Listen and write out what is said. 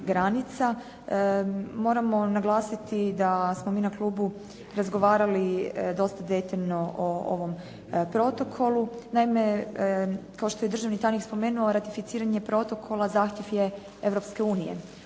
Moramo naglasiti da smo mi na klubu razgovarali dosta detaljno o ovom protokolu. Naime, kao što je državni tajnik spomenuo ratificiranje protokola zahtjev je Europske unije